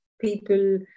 people